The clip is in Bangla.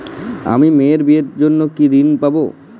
আমি মেয়ের বিয়ের জন্য কি ঋণ পাবো?